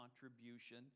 contribution